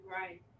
Right